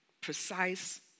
precise